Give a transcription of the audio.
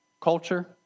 culture